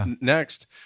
next